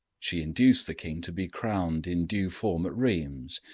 she induced the king to be crowned in due form at rheims,